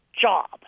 job